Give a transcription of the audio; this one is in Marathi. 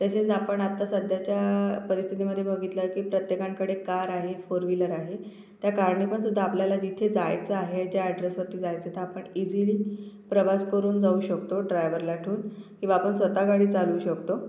तसेच आपण आता सध्याच्या परिस्थितीमध्ये बघितलं की प्रत्येकाकडे कार आहे फोर विलर आहे त्या कारने पण सुद्धा आपल्याला जिथे जायचं आहे ज्या ॲड्रेसवरती जायचं तर आपण इजीली प्रवास करून जाऊ शकतो ड्रायवरला ठेऊन किंवा आपण स्वतः गाडी चालवू शकतो